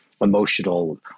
emotional